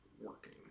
working